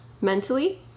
mentally